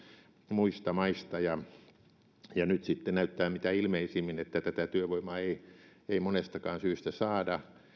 muista maista nyt sitten näyttää mitä ilmeisimmin siltä että tätä työvoimaa ei monestakaan syystä saada